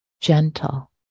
gentle